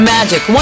Magic